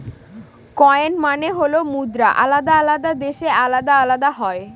coin মানে হল মুদ্রা আলাদা আলাদা দেশে আলাদা আলাদা হয়